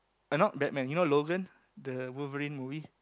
uh not Batman you know Logan the Wolverine movie